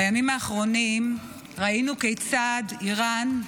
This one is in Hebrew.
בימים האחרונים ראינו כיצד איראן,